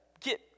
get